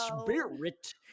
Spirit